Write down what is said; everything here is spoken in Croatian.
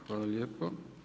Hvala lijepo.